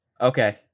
Okay